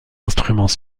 instruments